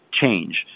change